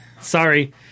Sorry